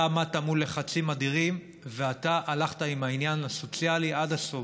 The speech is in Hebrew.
אתה עמדת מול לחצים אדירים ואתה הלכת עם העניין הסוציאלי עד הסוף.